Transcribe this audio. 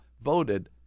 voted